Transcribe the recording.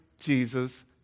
Jesus